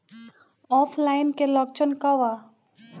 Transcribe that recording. ऑफलाइनके लक्षण क वा?